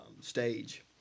stage